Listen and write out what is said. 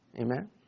Amen